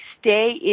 stay